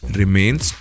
remains